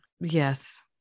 yes